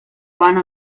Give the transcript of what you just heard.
one